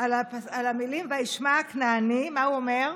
על המילים "וישמע הכנעני" מה הוא אומר?